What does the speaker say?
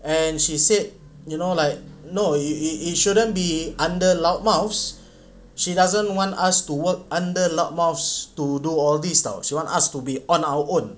and she said you know like no it it it shouldn't be under loudmouths she doesn't want us to work under loudmouths to do all these [tau] she want us to be on our own